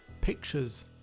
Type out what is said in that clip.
pictures